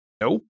Nope